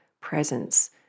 presence